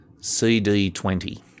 CD20